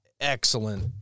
excellent